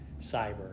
cyber